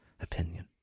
opinion